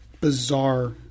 bizarre